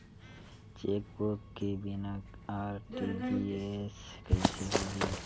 Chequebook के बिना RTGS कइसे होही?